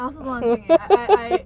I also don't want to think eh I I I